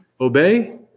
Obey